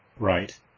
Right